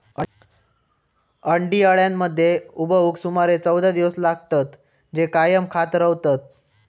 अंडी अळ्यांमध्ये उबवूक सुमारे चौदा दिवस लागतत, जे कायम खात रवतत